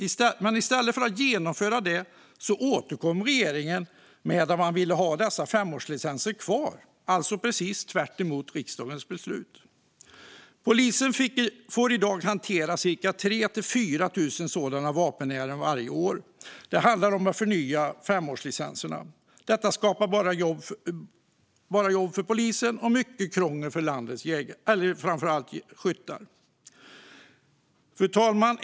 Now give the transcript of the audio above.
I stället för att genomföra detta återkom dock regeringen med att man ville ha kvar dessa femårslicenser, alltså precis tvärtemot riksdagens beslut. Polisen får varje år hantera 3 000-4 000 vapenärenden som handlar om att förnya femårslicensen. Detta skapar bara jobb för polisen och mycket krångel för landets skyttar. Fru talman!